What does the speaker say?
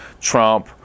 Trump